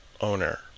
owner